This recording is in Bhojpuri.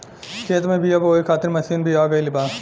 खेत में बीआ बोए खातिर मशीन भी आ गईल बा